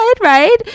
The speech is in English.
Right